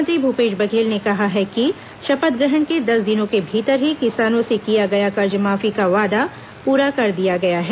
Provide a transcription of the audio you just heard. मुख्यमंत्री भूपेश बघेल ने कहा है कि शपथ ग्रहण के दस दिनों के भीतर ही किसानों से किया गया कर्जमाफी का वादा पूरा कर दिया गया है